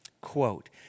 quote